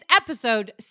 episode